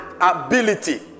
ability